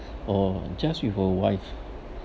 or just with a wife